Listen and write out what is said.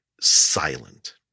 silent